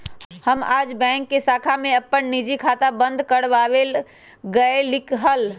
हम आज बैंक के शाखा में अपन निजी खाता बंद कर वावे गय लीक हल